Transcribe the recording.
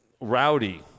rowdy